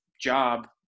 job